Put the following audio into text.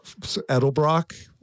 edelbrock